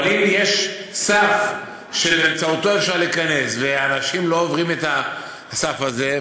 אבל אם יש סף שבאמצעותו אפשר להיכנס ואנשים לא עוברים את הסף הזה,